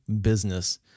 business